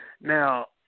Now